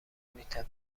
میتپه